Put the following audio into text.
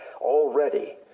Already